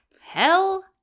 hell